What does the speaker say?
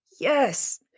yes